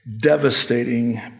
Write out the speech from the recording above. devastating